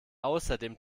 außerdem